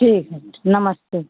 ठीक है नमस्ते